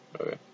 Okay